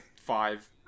five